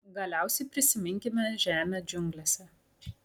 galiausiai prisiminkime žemę džiunglėse